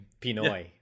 Pinoy